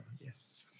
Yes